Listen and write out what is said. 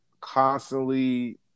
constantly